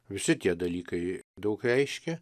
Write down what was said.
visi tie dalykai daug reiškė